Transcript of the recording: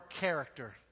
character